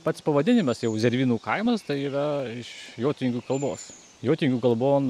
pats pavadinimas jau zervynų kaimas tai yra iš jotvingių kalbos jotvingių kalbon